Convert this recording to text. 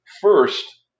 First